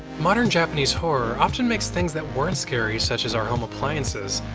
modern japanese horror often makes things that weren't scary such as our home appliances,